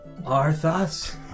Arthas